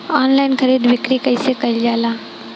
Online खरीद बिक्री कइसे कइल जाला?